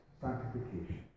sanctification